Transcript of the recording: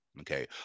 okay